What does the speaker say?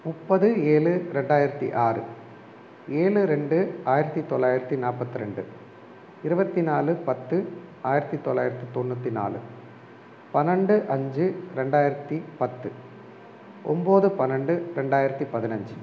முப்பது ஏழு ரெண்டாயிரத்தி ஆறு ஏழு ரெண்டு ஆயிரத்தி தொள்ளாயிரத்தி நாற்பத்ரெண்டு இருபத்தி நாலு பத்து ஆயிரத்தி தொள்ளாயிரத்தி தொண்ணூற்றி நாலு பன்னெண்டு அஞ்சு ரெண்டாயிரத்தி பத்து ஒம்பது பன்னெண்டு ரெண்டாயிரத்தி பதினஞ்சு